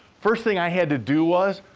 first thing i had to do was.